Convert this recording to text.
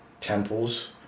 temples